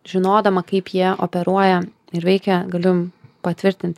žinodama kaip jie operuoja ir veikia galiu patvirtint